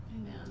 Amen